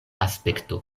aspekto